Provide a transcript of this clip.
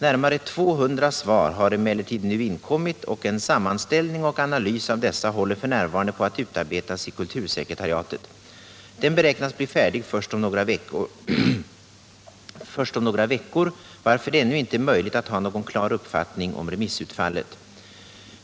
Närmare 200 svar har emellertid nu inkommit, och en sammanställning och analys av dessa håller f. n. på att utarbetas i kultursekretariatet. Den beräknas bli färdig först om några veckor, varför det ännu inte är möjligt att ha någon klar uppfattning om remissutfallet.